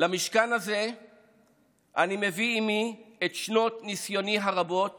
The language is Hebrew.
למשכן הזה אני מביא עימי את שנות ניסיוני הרבות